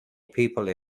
people